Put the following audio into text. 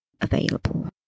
available